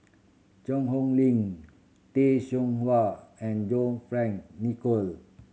Cheang Hong Lim Tay Seow Huah and John Fearn Nicoll